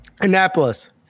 Annapolis